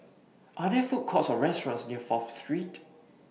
Are There Food Courts Or restaurants near Fourth Street